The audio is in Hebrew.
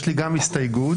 גם לי יש הסתייגות.